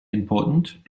important